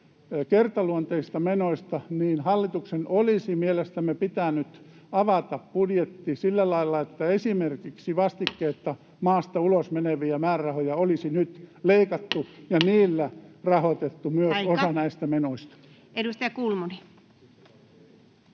kertaluonteisista menoista, niin hallituksen olisi mielestämme pitänyt avata budjetti sillä lailla, että esimerkiksi vastikkeetta maasta ulos meneviä määrärahoja olisi nyt leikattu ja niillä rahoitettu myös